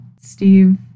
Steve